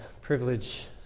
privilege